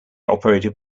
operated